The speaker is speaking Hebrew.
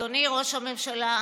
אדוני ראש הממשלה,